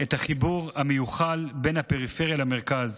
את החיבור המיוחל בין הפריפריה למרכז,